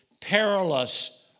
perilous